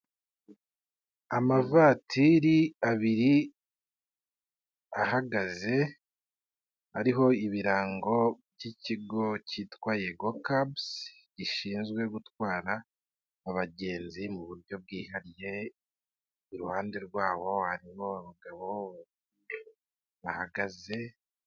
Amavatiri abiri ahagaze ariho ibirango by'ikigo cyitwa Yego cabs, gishinzwe gutwara abagenzi mu buryo bwihariye, iruhande rwaho hariho abagabo bahagaze.